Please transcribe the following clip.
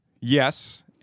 Yes